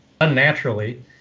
unnaturally